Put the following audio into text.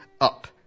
up